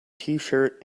tshirt